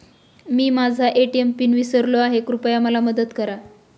मी माझा ATM pin विसरलो आहे, कृपया मला मदत करा